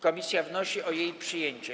Komisja wnosi o jej przyjęcie.